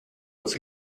its